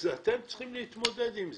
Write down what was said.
אז אתם צריכים להתמודד עם זה.